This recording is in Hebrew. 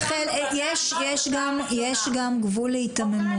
רחל, יש גם גבול להיתממות.